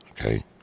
Okay